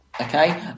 okay